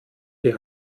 die